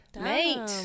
mate